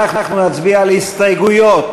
על הסתייגויות